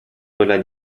quella